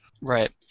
Right